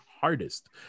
hardest